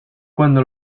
cuando